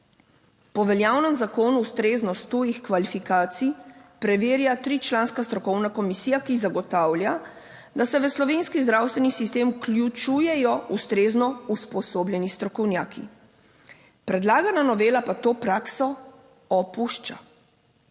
Po veljavnem zakonu ustreznost tujih kvalifikacij preverja tričlanska strokovna komisija, ki zagotavlja, da se v slovenski zdravstveni sistem vključujejo ustrezno usposobljeni strokovnjaki, predlagana novela pa to prakso opušča.